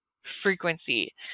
frequency